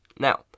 Now